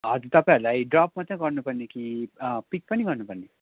हजुर तपाईँहरूलाई ड्रप मात्रै गर्नुपर्ने कि पिक पनि गर्नुपर्ने